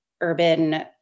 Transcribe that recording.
urban